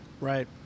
Right